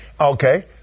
Okay